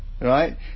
Right